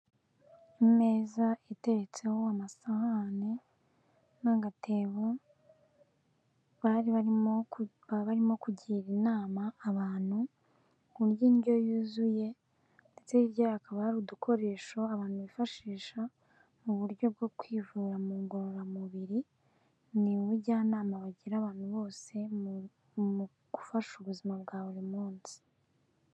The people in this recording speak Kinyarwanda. Imeza iteretseho amasahane n'agatebo, baba barimo kugira inama abantu kurya indyo yuzuye, ndetse hirya yaho hakaba hari udukoresho abantu bifashisha mu buryo bwo kwivura mu ngororamubiri. Ni ubujyanama bagira abantu bose mu gufasha ubuzima bwa buri munsi.